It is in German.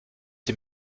sie